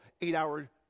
eight-hour